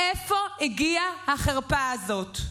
מאיפה הגיעה החרפה הזאת?